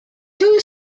two